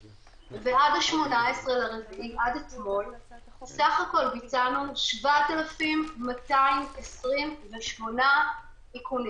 עד היום ניתנו בסך הכול 14 דוחות על הפרת חובת דיווח,